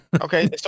okay